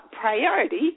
priority